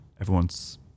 everyone's